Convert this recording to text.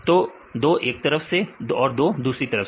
तो 2 एक तरफ से और 2 दूसरी तरफ से